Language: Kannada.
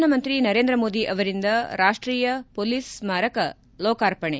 ಪ್ರಧಾನಮಂತ್ರಿ ನರೇಂದ್ರ ಮೋದಿ ಅವರಿಂದ ರಾಷ್ಟೀಯ ಪೊಲೀಸ್ ಸ್ನಾರಕ ಲೋಕಾರ್ಪಣೆ